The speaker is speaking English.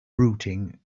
routing